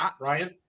Ryan